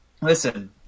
Listen